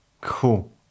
Cool